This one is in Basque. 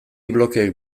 blokeek